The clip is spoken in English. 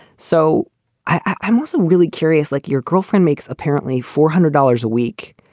so i am also really curious, like your girlfriend makes apparently four hundred dollars a week,